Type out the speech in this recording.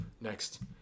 next